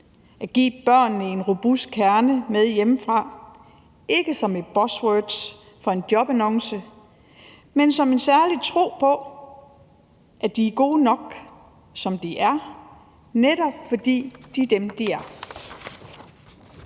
at give børnene en robust kerne med hjemmefra, ikke som et buzzword fra en jobannonce, men som en særlig tro på, at de er gode nok, som de er, netop fordi de er dem, de er.